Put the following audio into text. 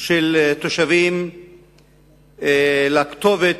של תושבים לכתובת